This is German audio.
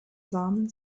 samen